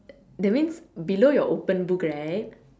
that means below your open book right